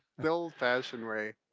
the old fashioned way.